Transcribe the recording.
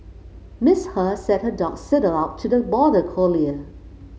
Miss He said that her dog sidled up to the border collie